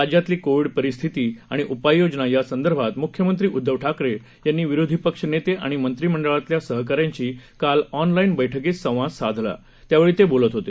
राज्यातली कोविड परिस्थिती आणि उपाययोजना या संदर्भात मुख्यमंत्री उद्दव ठाकरे यांनी विरोधी पक्ष नेते आणि मंत्रिमंडळातल्या सहकाऱ्यांशी काल ऑनलाईन बळकीत संवाद साधला त्यावेळी ते बोलत होते